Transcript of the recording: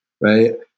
right